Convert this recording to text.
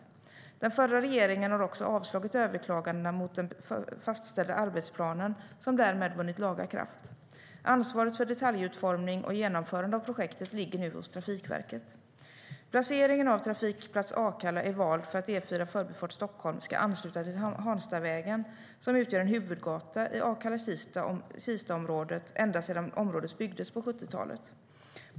Den förra regeringen har också avslagit överklagandena mot den fastställda arbetsplanen, som därmed vunnit laga kraft. Ansvaret för detaljutformning och genomförande av projektet ligger nu hos Trafikverket.Placeringen av trafikplats Akalla är vald för att E4 Förbifart Stockholm ska ansluta till Hanstavägen, som utgör en huvudgata i Akalla-Kista-området ända sedan området byggdes på 70-talet.